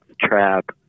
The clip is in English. trap